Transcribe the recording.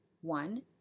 One